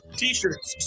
t-shirts